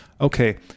okay